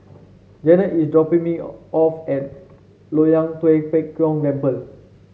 Jennette is dropping me off at Loyang Tua Pek Kong Temple